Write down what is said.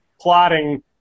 plotting